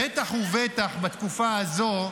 בטח ובטח בתקופה הזאת,